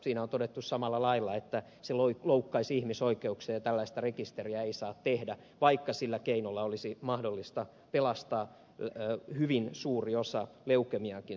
siinä on todettu samalla lailla että se loukkaisi ihmisoikeuksia ja tällaista rekisteriä ei saa tehdä vaikka sillä keinolla olisi mahdollista pelastaa hyvin suuri osa leukemiaankin sairastuvista